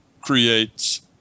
creates